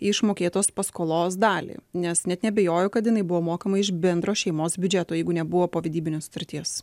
į išmokėtos paskolos dalį nes net neabejoju kad jinai buvo mokama iš bendro šeimos biudžeto jeigu nebuvo povedybinės sutarties